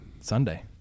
Sunday